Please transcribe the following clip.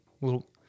little